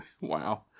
Wow